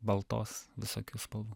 baltos visokių spalvų